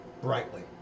brightly